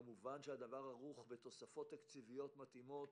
כמובן שהדבר כרוך בתוספות תקציביות מתאימות